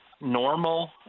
normal